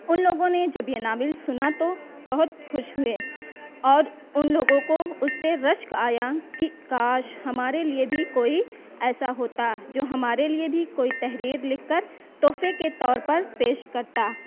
ان لوگوں نے جب یہ ناول سنا تو بہت خوش ہوئے اور ان لوگوں کو اس پہ رشک آیا کہ کاش ہمارے لیے بھی کوئی ایسا ہوتا جو ہمارے لیے بھی کوئی تحریر لکھ کر تحفے کے طور پر پیش کرتا